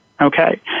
Okay